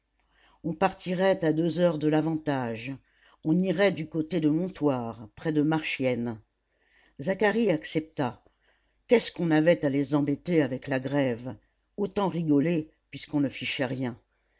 on partirait à deux heures de l'avantage on irait du côté de montoire près de marchiennes zacharie accepta qu'est-ce qu'on avait à les embêter avec la grève autant rigoler puisqu'on ne fichait rien